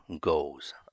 goes